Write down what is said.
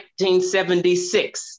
1976